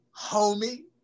homie